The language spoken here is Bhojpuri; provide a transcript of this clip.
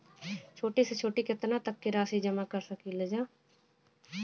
छोटी से छोटी कितना तक के राशि जमा कर सकीलाजा?